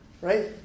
right